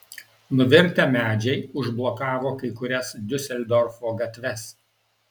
nuvirtę medžiai užblokavo kai kurias diuseldorfo gatves